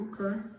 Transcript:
Okay